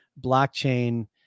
blockchain